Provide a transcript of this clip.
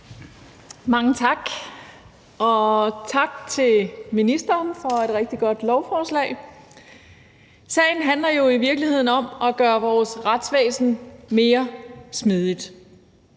Mange tak. Og tak til ministeren for et rigtig godt lovforslag. Sagen handler jo i virkeligheden om at gøre vores retsvæsen mere smidigt.